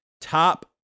Top